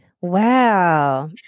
Wow